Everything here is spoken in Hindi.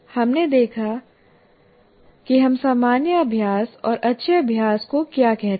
हमने देखा कि हम सामान्य अभ्यास और अच्छे अभ्यास को क्या कहते हैं